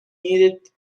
needed